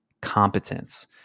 competence